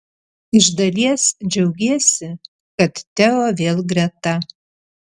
iš dalies džiaugiesi kad teo vėl greta